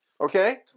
okay